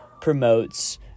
promotes